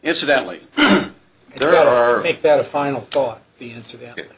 incidentally there are make that a final thought the answer that